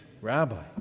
Rabbi